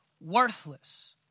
worthless